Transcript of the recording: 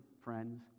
friends